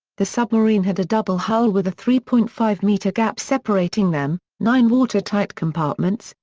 the submarine had a double hull with a three point five metre gap separating them, nine water-tight compartments,